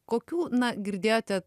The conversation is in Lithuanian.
kokių na girdėjote